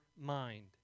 mind